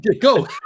Go